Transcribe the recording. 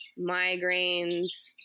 migraines